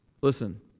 Listen